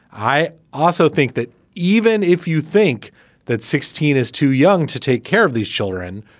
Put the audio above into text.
i also think that even if you think that sixteen is too young to take care of these children,